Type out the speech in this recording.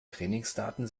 trainingsdaten